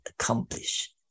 accomplish